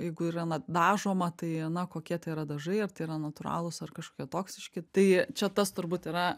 jeigu yra na dažoma tai na kokie tai yra dažai ar tai yra natūralūs ar kažkokie toksiški tai čia tas turbūt yra